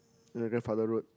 your grandfather road